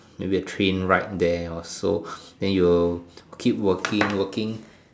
maybe a train ride there or so then you will keep working working